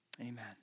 Amen